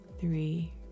three